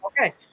okay